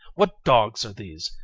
what dogs are these!